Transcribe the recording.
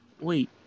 wait